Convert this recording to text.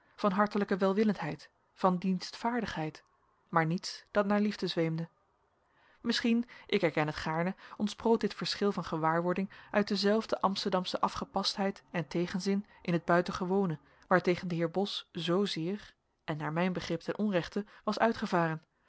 van hartelijke welwillendheid van dienstvaardigheid maar niets dat naar liefde zweemde misschien ik erken het gaarne ontsproot dit verschil van gewaarwording uit dezelfde amsterdamsche afgepastheid en tegenzin in het buitengewone waartegen de heer bos zoozeer en naar mijn begrip ten onrechte was uitgevaren